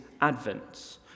Advent